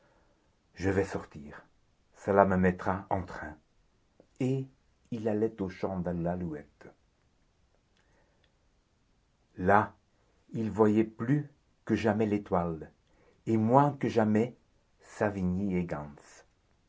je vais sortir cela me mettra en train et il allait au champ de l'alouette là il voyait plus que jamais l'étoile et moins que jamais savigny